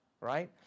right